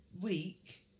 week